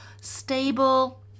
stable